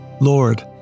Lord